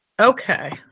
Okay